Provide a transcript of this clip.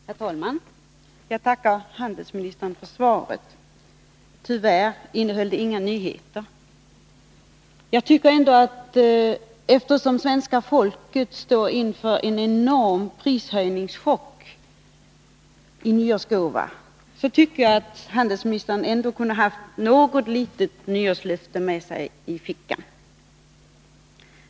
Herr talman! Jag tackar handelsministern för svaret. Tyvärr innehöll det inga nyheter. Eftersom svenska folket står inför att få en enorm prishöjningschock i nyårsgåva, tycker jag att handelsministern ändå borde ha haft något litet nyårslöfte med sig i fickan.